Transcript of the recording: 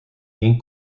één